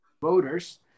voters